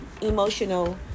emotional